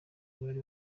bari